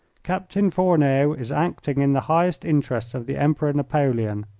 captain fourneau is acting in the highest interests of the emperor napoleon.